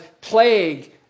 plague